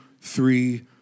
three